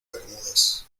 bermúdez